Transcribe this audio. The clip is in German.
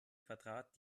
quadrat